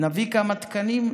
נביא כמה תקנים.